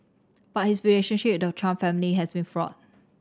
but his relationship with the Trump family has been fraught